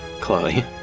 Chloe